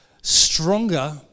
stronger